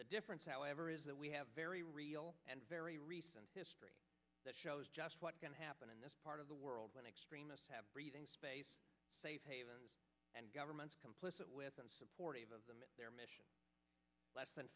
the difference however is that we have very real and very recent history that shows just what can happen in this part of the world when extremists have breathing space safe havens and governments complicit with and supportive of them in their mission less than